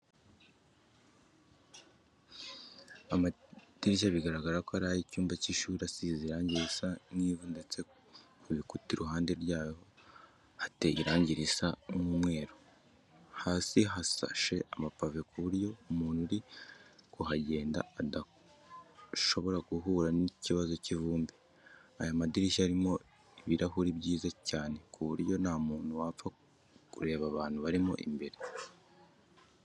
Amadirishya bigaragara ko ari ay'icyumba cy'ishuri asize irangi risa nk'ivu ndetse ku bikuta iruhande rwayo hateye irangi risa nk'umweru, hasi hasashe amapave ku buryo umuntu uri kuhagenda adashobora guhura n'ikibazo cy'ivumbi. Aya madirishya arimo ibirahuri byiza cyane ku buryo nta muntu wapfa kureba abantu barimo imbere.